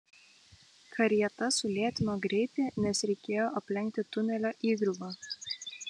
karieta sulėtino greitį nes reikėjo aplenkti tunelio įgriuvą